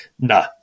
No